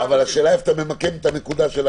ינהל רישום בכניסות למקום,